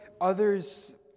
others